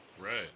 Right